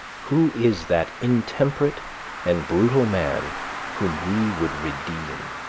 who is that intemperate and brutal man whom we would redeem?